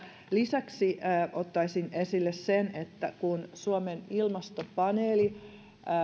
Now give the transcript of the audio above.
lisäksi ottaisin esille sen että kun suomen ilmastopaneeli